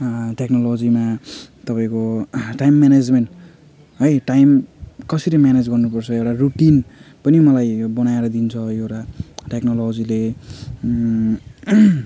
टेक्नोलोजीमा तपाईँको time management है टाइम कसरी म्यानेज गर्नुपर्छ एउटा रुटिन पनि मलाई बनाएर दिन्छ यो एउटा टेक्नोलोजीले